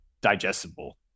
digestible